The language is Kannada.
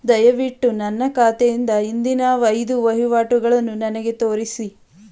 ದಯವಿಟ್ಟು ನನ್ನ ಖಾತೆಯಿಂದ ಹಿಂದಿನ ಐದು ವಹಿವಾಟುಗಳನ್ನು ನನಗೆ ತೋರಿಸಿ